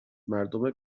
مردم